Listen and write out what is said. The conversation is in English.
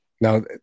Now